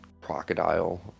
crocodile